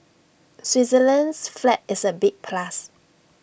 Switzerland's flag is A big plus